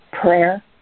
prayer